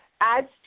adds